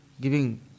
giving